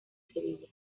sevilla